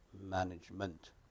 management